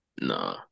No